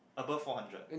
above four hundred